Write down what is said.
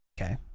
okay